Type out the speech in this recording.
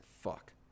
fuck